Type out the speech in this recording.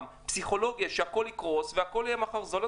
פסיכולוגיה שהכול יקרוס והכול יהיה מחר זול,